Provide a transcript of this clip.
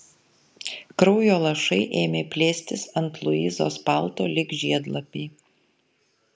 kraujo lašai ėmė plėstis ant luizos palto lyg žiedlapiai